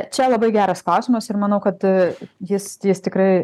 čia labai geras klausimas ir manau kad a jis jis tikrai